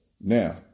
Now